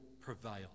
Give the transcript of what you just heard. prevail